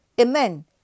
Amen